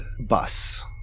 bus